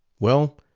well,